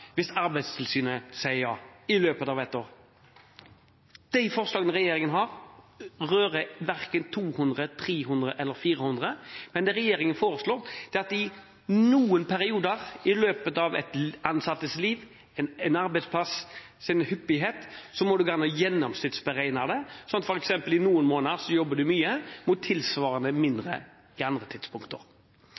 hvis Arbeidstilsynet sier ja – i løpet av et år. De forslagene regjeringen har, rører verken ved de 200, 300 eller 400 timene, men det regjeringen har foreslått, er at i noen perioder i løpet av den ansattes liv og på en arbeidsplass må det gå an å gjennomsnittsberegne, slik at i noen måneder arbeider man mye og tilsvarende mindre andre